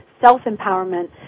self-empowerment